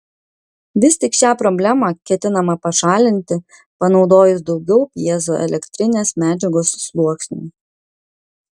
vis tik šią problemą ketinama pašalinti panaudojus daugiau pjezoelektrinės medžiagos sluoksnių